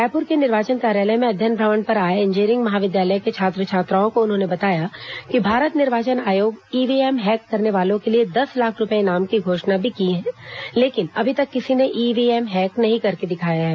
रायपुर के निर्वाचन कार्यालय में अध्ययन भ्रमण पर आए इंजीनियरिंग महाविद्यालयों के छात्र छात्राओं को उन्होंने बताया कि भारत निर्वाचन आयोग ईव्हीएम हैक करने वालों के लिए दस लाख रूपए इनाम की घोषणा भी की है लेकिन अभी तक किसी ने ईव्हीएम हैक करके नहीं दिखाया है